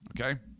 Okay